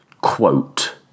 quote